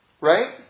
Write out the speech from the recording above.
right